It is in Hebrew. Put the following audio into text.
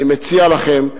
אני מציע לכם,